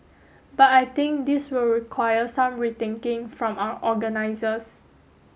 but I think this will require some rethinking from our organizers